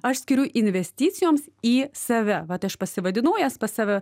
aš skiriu investicijoms į save vat aš pasivadinau jas pas save